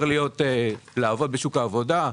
שעובר לעבוד בשוק העבודה,